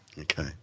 Okay